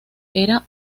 era